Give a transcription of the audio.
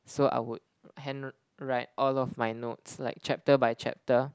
so I would hand write all of my notes like chapter by chapter